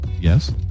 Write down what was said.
Yes